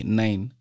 nine